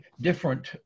different